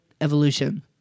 evolution